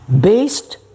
based